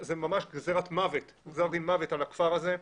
זה ממש גזר דין מוות על הכפר הזה.